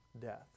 death